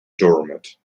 doormat